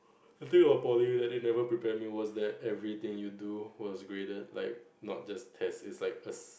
the thing about poly that they never prepared me was that everything you do was graded like not just tests its like a